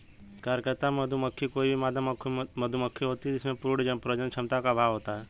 कार्यकर्ता मधुमक्खी कोई भी मादा मधुमक्खी होती है जिसमें पूर्ण प्रजनन क्षमता का अभाव होता है